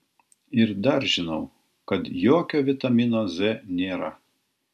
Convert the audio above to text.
ir dar žinau kad jokio vitamino z nėra